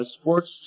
Sports